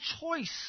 choice